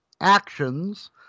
actions